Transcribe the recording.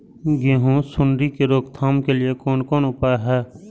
गेहूँ सुंडी के रोकथाम के लिये कोन कोन उपाय हय?